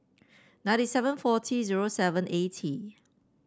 ninety seven forty zero seven eighty